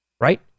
right